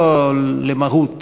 לא למהות